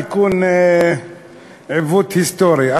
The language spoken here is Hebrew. תיקון עיוות היסטורי.